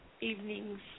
Evenings